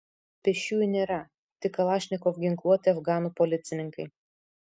pėsčiųjų nėra tik kalašnikov ginkluoti afganų policininkai